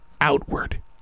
outward